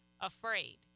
afraid